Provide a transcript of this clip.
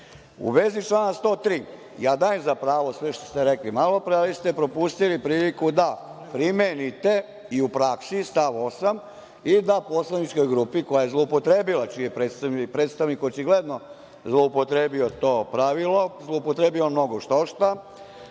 vezi člana 103. dajem za pravo ste što ste rekli malopre, ali ste propustili priliku da primenite i u praksi stav 8. i da poslaničkoj grupi koja je zloupotrebila, čiji je predstavnik očigledno zloupotrebio to pravilo, zloupotrebio mnogo što šta,